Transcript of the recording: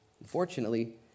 unfortunately